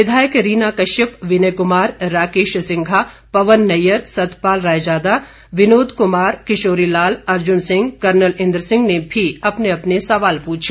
विधायक रीना कश्यप विनय कुमार राकेश सिंघा पवन नैय्यर सतपाल रायजादा विनोद कुमार किशोरी लाल अर्जुन सिंह कर्नल इंद्र सिंह ने भी अपने अपने सवाल पूछे